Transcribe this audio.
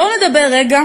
בואו נדבר רגע